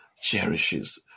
cherishes